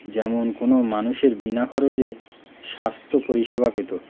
যেমন কোনো মানুষের বিনা খরচে স্বাস্থ্য পরিষেবা পেত